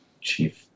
chief